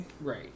Right